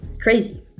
Crazy